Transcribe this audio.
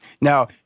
Now